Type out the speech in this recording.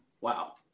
Wow